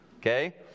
Okay